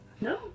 No